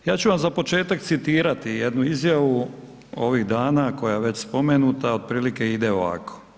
Ja ću vam za početak citirati jednu izjavu ovih dana koja je već spomenuta, otprilike ide ovako.